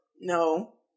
No